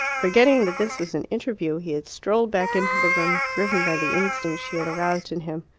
forgetting that this was an interview, he had strolled back into the room, driven by the instinct she had aroused in him.